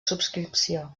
subscripció